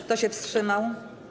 Kto się wstrzymał?